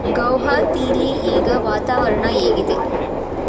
ಗೌಹಾತೀಲಿ ಈಗ ವಾತಾವರಣ ಹೇಗಿದೆ